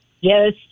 Yes